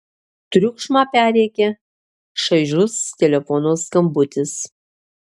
triukšmą perrėkia šaižus telefono skambutis